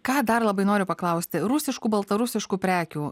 ką dar labai noriu paklausti rusiškų baltarusiškų prekių